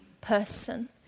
person